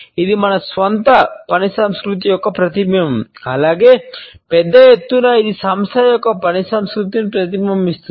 ఇది మన స్వంత పనిసంస్కృతి యొక్క ప్రతిబింబం అలాగే పెద్ద ఎత్తున ఇది సంస్థ యొక్క పనిసంస్కృతిని ప్రతిబింబిస్తుంది